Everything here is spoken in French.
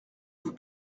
vous